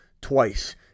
twice